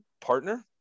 partner